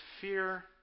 fear